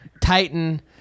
Titan